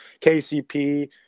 kcp